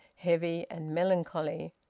heavy and melancholy.